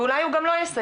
ואולי הוא גם לא יסיים.